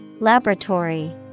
Laboratory